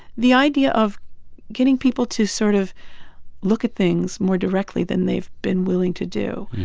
the idea of getting people to sort of look at things more directly than they've been willing to do